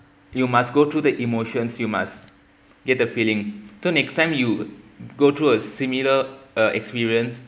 you must go through the emotions you must get the feeling so next time you go through a similar uh experience